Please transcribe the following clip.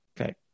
okay